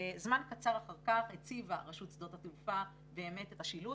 זמן קצר אחר כך הציבה רשות שדות התעופה את השילוט.